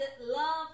love